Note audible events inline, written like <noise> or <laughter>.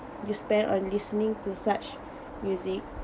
you spend on listening to such <breath> music